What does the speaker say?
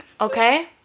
Okay